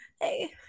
Hey